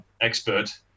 expert